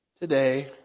today